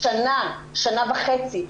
שנה, שנה וחצי.